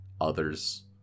others